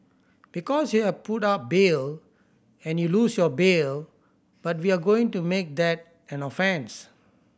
because you have put up bail and you lose your bail but we are going to make that an offence